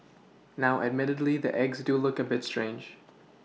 now admittedly the eggs do look a bit strange